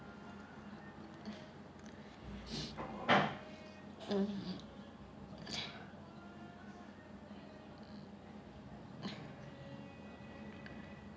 mm